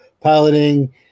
piloting